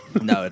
No